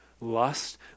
Lust